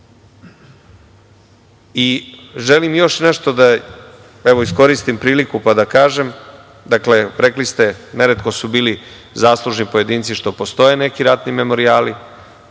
rata. Želim još nešto da iskoristim priliku da kažem. Rekli ste, neretko su bili zaslužni pojedinci što postoje neki ratni memorijali.